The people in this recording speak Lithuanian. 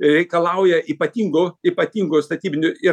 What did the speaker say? reikalauja ypatingų ypatingų statybinių ir